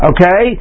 Okay